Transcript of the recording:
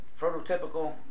prototypical